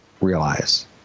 realize